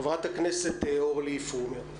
חברת הכנסת אורלי פרומן.